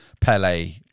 Pele